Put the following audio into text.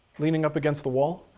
leaning up against the wall.